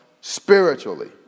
spiritually